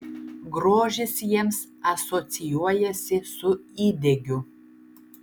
grožis jiems asocijuojasi su įdegiu